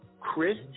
Chris